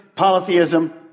polytheism